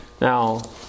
Now